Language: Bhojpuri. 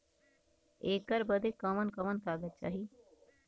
ऐकर बदे कवन कवन कागज चाही?